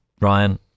Ryan